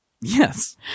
Yes